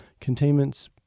containments